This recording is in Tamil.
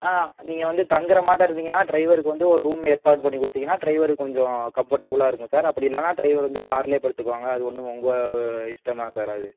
ஆ நீங்கள் வந்து தங்குறமாட்டம் இருந்தீங்கனா ட்ரைவருக்கு வந்து ஒரு ரூம் ஏற்பாடு பண்ணி கொடுத்தீங்கன்னா டிரைவரு கொஞ்சம் கம்ஃபர்ட்டபிளாக இருக்கும் சார் அப்படி இல்லைன்னா டிரைவர் வந்து கார்இல படுத்துக்குவாங்க அது ஒன்றும் உங்கள் இஷ்டம் தான் சார் அது